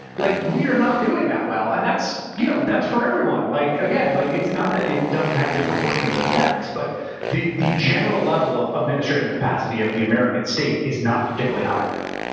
like we are not doing that well, and that's you know that's for everyone. like again, like it's not that it doesn't have disproportionate effects, but the the general level of administrative capacity of the american state is not particularly high right now.